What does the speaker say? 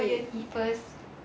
what you want to eat first